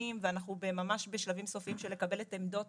ואנחנו ממש בשלבים סופיים של לקבל את עמדות